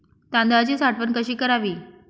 तांदळाची साठवण कशी करावी?